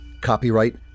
Copyright